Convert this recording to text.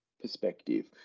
perspective